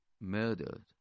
murdered